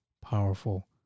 powerful